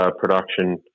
production